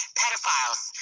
pedophiles